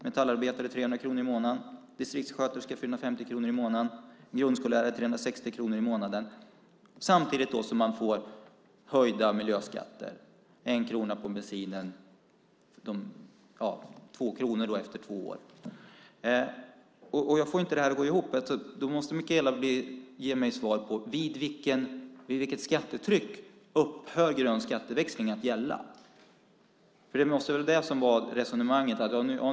Metallarbetare får 300 kronor mer i månaden i skatt, distriktssköterskor 450 kronor i månaden och grundskollärare 360 kronor i månaden samtidigt som de får höjda miljöskatter - 1 krona på bensinen, och 2 kronor efter två år. Jag får inte detta att gå ihop. Mikaela måste ge mig svar på vid vilket skattetryck som grön skatteväxling upphör att gälla. Det måste väl vara det som var resonemanget.